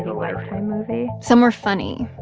lifetime movie some were funny,